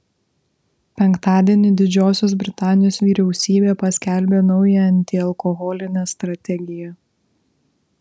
penktadienį didžiosios britanijos vyriausybė paskelbė naują antialkoholinę strategiją